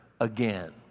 again